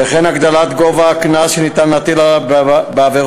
וכן הגדלת הקנס שניתן להטיל בעבירות